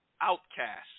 Outcast